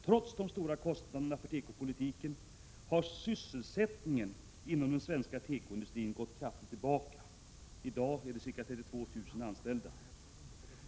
Trots de stora kostnaderna för tekopolitiken har sysselsättningen inom den svenska tekoindustrin gått kraftigt tillbaka. I dag finns ca 32 000 anställda.